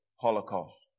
Holocaust